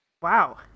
Wow